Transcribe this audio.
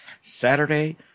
Saturday